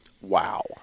Wow